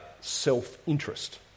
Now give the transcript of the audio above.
self-interest